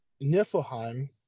niflheim